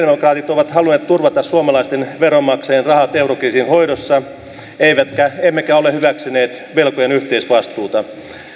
ovat halunneet turvata suomalaisten veronmaksajien rahat eurokriisin hoidossa emmekä ole hyväksyneet velkojen yhteisvastuuta